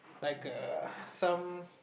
like a some